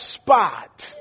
spot